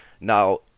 Now